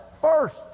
first